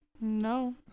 No